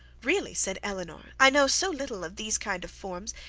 really, said elinor, i know so little of these kind of forms,